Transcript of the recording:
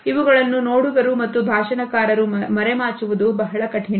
ಇವುಗಳನ್ನು ನೋಡುಗರು ಮತ್ತು ಭಾಷಣಕಾರರು ಮರೆಮಾಚುವುದು ಬಹಳ ಕಠಿಣ